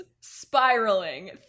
spiraling